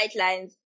guidelines